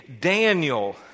Daniel